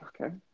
Okay